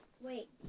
wait